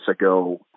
ago